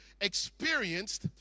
experienced